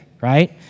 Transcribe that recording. right